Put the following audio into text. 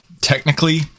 technically